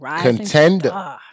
contender